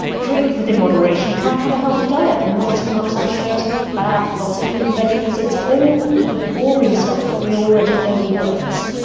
drink within moderation, try and have a healthy diet, not too much saturated fat, lots of fruit and vegetables. it's all the boring stuff that we already know works.